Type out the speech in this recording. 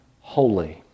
Holy